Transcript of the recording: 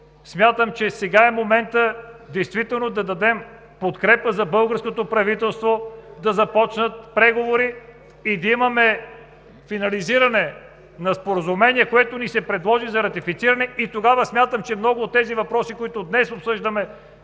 Смятам, че сега е моментът да дадем подкрепа за българското правителство да започнат преговори и да имаме финализиране на споразумение, което ни се предложи за ратифициране, и тогава смятам, че много от тези въпроси, които днес обсъждаме,